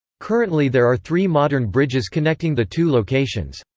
currently there are three modern bridges connecting the two locations.